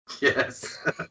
Yes